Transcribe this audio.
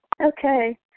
Okay